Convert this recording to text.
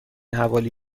حوالی